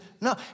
No